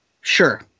sure